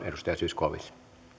edustaja zyskowicz